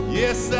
yes